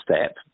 step